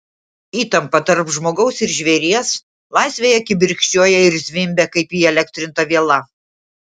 įtampa tarp žmogaus ir žvėries laisvėje kibirkščiuoja ir zvimbia kaip įelektrinta viela